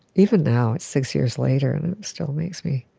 even now, six years later, it still makes me